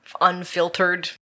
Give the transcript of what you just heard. unfiltered